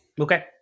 Okay